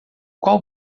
qual